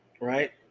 right